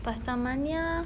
pastamania